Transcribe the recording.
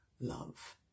love